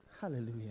Hallelujah